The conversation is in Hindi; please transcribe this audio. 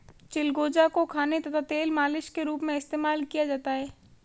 चिलगोजा को खाने तथा तेल मालिश के रूप में इस्तेमाल किया जाता है